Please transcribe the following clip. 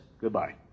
goodbye